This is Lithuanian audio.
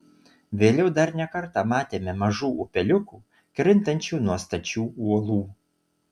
vėliau dar ne kartą matėme mažų upeliukų krintančių nuo stačių uolų